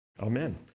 amen